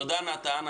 תודה נתן.